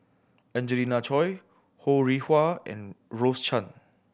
Angelina Choy Ho Rih Hwa and Rose Chan